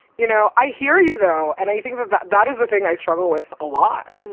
you know, i hear you, though, and i think but but that is the thing i struggle with a lot,